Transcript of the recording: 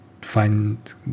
find